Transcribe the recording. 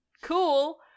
cool